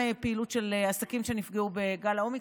פעילות של העסקים שנפגעו בגל האומיקרון,